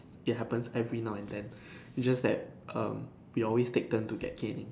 it happens every now and then it just that um we always take turns to have caning